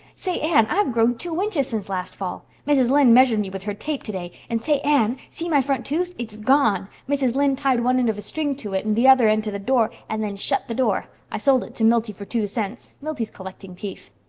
say, anne, i've grown two inches since last fall. mrs. lynde measured me with her tape today, and say, anne, see my front tooth. it's gone. mrs. lynde tied one end of a string to it and the other end to the door, and then shut the door. i sold it to milty for two cents. milty's collecting teeth.